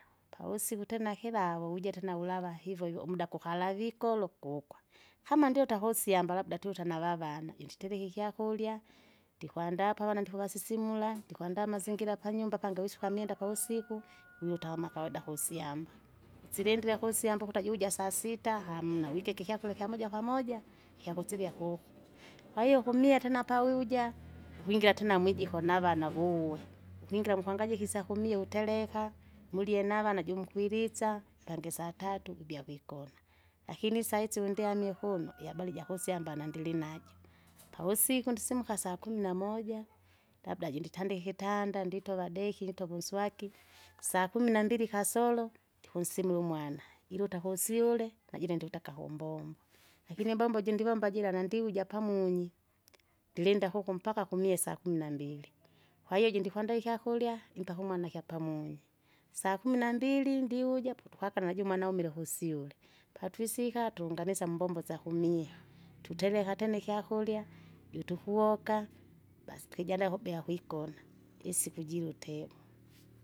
Pavusiku tena kilavu wije tena vulava hivohivo umda kukalavikolo kukwa, kama ndio utakusyamba labda tuita navavana, uinditerike ikyakurya, ndikwandaa apa avana ndikuvasisimula, ndikwandaa amazingira panyumba pandiwisuka myenda pavusiku, wiruta kama kawaida kusyamba, isirindile kusyamba ukuta jiuja sasita, hamna wikike ikyakurya ikyamoja kwamoja, kyakusirya kuko, kwahiyo kumie tena tena pauja ukwingira tena mwijiko navana vuwe, ukwingira mukwangajika isyakumie wutereka, mulie navana jomukwilitsa, pandi satatu kubya kwikona, lakini isaitsi wundiame, windiamie kuma ihabari jakusyamba nandilinajo, pavusiku ndisimuka sakumi namoja, labda junditandika ikitanda, nditova deki, nditova unswaki, sakumi nambili kasoro, ndikunsimula umwana, iluta kusyule najune ndiuta akahumbombo. Lakini imbombo iji ndivomba jira nandiwuja pamunyi, ndilinda kuko mpaka kumie sakumi nambili, kwahiyo iji ndikwandaa ikyakurya impaka umwana kyapamunyi sakumi nambili ndiuja, potukwaka najumwana umile kusyule, patwisika tungamesa mumbombo syakumia, tutereka tena ikyakurya jutukuwoka, basi kwijandaa kubea kwikona isiku jiluteu.